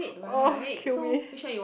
oh kill me